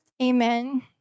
Amen